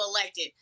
elected